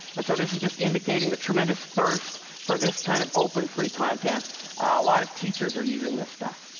and so this is just indicating the tremendous thirst for this kind of open, free content. a lot of teachers are using this stuff.